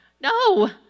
No